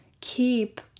keep